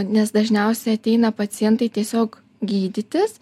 nes dažniausiai ateina pacientai tiesiog gydytis